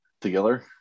together